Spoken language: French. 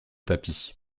tapis